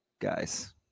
guys